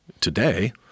today